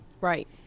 Right